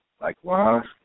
Likewise